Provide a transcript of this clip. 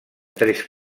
tres